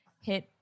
hit